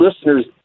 listeners